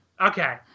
Okay